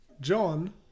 John